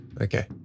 Okay